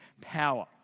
power